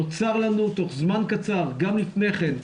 נוצר לנו תוך זמן קצר גם לפני כן,